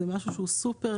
זה משהו שהוא סופר,